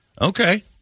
Okay